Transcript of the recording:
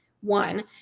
one